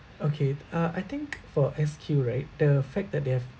okay uh I think for S_Q right the fact that they have